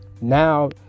now